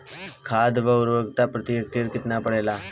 खाध व उर्वरक प्रति हेक्टेयर केतना पड़ेला?